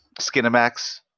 Skinemax